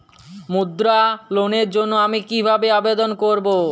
মুদ্রা লোনের জন্য আমি কিভাবে আবেদন করবো?